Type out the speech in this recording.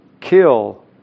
kill